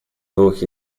двух